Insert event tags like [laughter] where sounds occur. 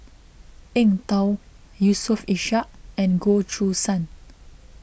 Eng Tow Yusof Ishak and Goh Choo San [noise]